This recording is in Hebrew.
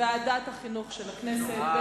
ועדת החינוך של הכנסת.